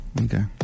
Okay